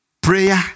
prayer